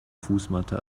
fußmatte